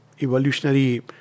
evolutionary